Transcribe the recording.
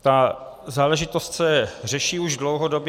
Ta záležitost se řeší už dlouhodobě.